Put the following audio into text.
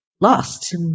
lost